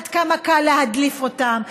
עד כמה קל להדליף אותן,